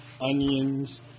onions